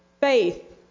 Faith